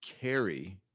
carry